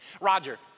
Roger